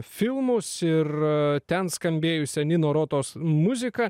filmus ir ten skambėjusią nino rotos muziką